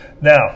Now